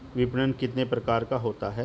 विपणन कितने प्रकार का होता है?